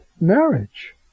marriage